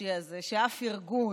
החד-חודשי הזה, שאף ארגון